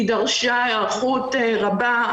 היא דרשה היערכות רבה,